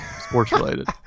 sports-related